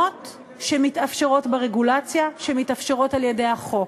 שמתאפשרות ברגולציה, שמתאפשרות על-ידי החוק.